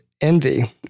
Envy